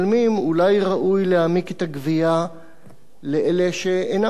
אולי ראוי להעמיק את הגבייה אצל אלה שאינם משלמים.